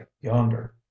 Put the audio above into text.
yonder